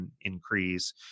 increase